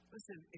Listen